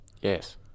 Yes